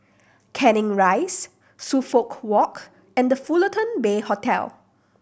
Canning Rise Suffolk Walk and The Fullerton Bay Hotel